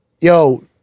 yo